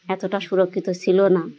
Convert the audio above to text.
এতটা সুরক্ষিত ছিল না